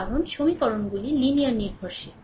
কারণ সমীকরণগুলি লিনিয়ার নির্ভরশীল